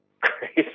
crazy